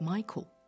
Michael